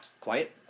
Quiet